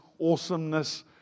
awesomeness